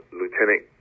lieutenant